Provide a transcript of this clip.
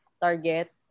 target